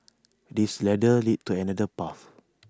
this ladder leads to another path